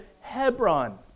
Hebron